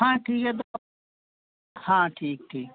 हाँ ठीक है तो हाँ ठीक ठीक